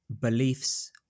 beliefs